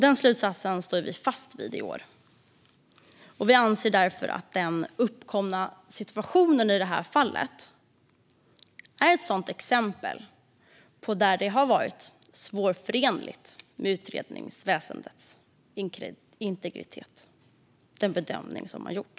Den slutsatsen står vi fast vid i år, och vi anser därför att den uppkomna situationen i det här fallet är ett exempel där den bedömning som har gjorts har varit svårförenlig med utredningsväsendets integritet.